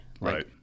right